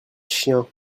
chiens